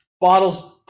bottles